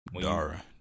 Dara